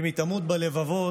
ואם היא תמות בלבבות,